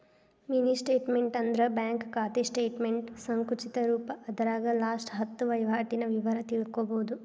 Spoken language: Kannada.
ಮಿನಿ ಸ್ಟೇಟ್ಮೆಂಟ್ ಅಂದ್ರ ಬ್ಯಾಂಕ್ ಖಾತೆ ಸ್ಟೇಟಮೆಂಟ್ನ ಸಂಕುಚಿತ ರೂಪ ಅದರಾಗ ಲಾಸ್ಟ ಹತ್ತ ವಹಿವಾಟಿನ ವಿವರ ತಿಳ್ಕೋಬೋದು